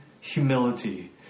humility